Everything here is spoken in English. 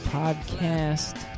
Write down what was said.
podcast